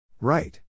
Right